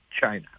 china